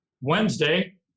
Wednesday